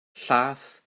llaeth